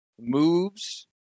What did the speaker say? moves